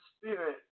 spirit